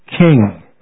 king